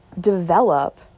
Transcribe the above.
develop